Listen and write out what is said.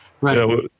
Right